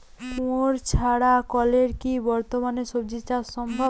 কুয়োর ছাড়া কলের কি বর্তমানে শ্বজিচাষ সম্ভব?